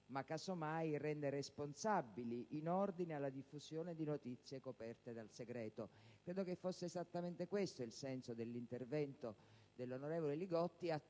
ma casomai rende responsabili in ordine alla diffusione di notizie coperte dal segreto. Credo che fosse esattamente questo il senso dell'intervento del senatore Li Gotti